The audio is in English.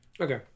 Okay